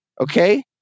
Okay